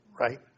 right